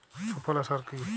সুফলা সার কি?